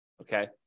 okay